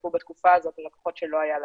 שהונפקו בתקופה הזאת ללקוחות שלא היה להם.